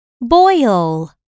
Boil